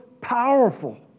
powerful